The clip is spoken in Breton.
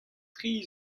tri